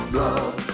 love